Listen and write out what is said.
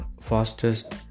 fastest